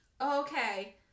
Okay